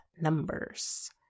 numbers